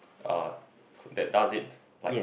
uh that does it like